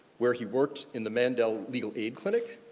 where he worked in the mandel legal aid clinic.